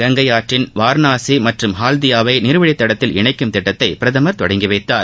கங்கையாற்றின் வாரணாசி மற்றும் ஹால்தீயாவை நீர்வழித்தடத்தில் இணைக்கும் திட்டத்தை பிரதமர் தொடங்கி வைத்தார்